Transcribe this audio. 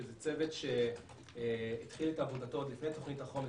שזה צוות שהתחיל את עבודתו עוד לפני תוכנית החומש.